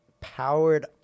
powered